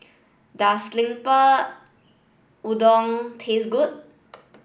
does Lemper Udang taste good